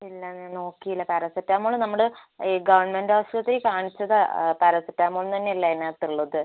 ഇല്ല ഞാൻ നോക്കിയില്ല പാരസെറ്റാമോൾ നമ്മൾ ഈ ഗവൺമെന്റ് ആശുപത്രിയിൽ കാണിച്ചതാണ് പാരസെറ്റാമോൾ എന്ന് തന്നെ അല്ലേ അതിനകത്ത് ഉള്ളത്